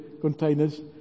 containers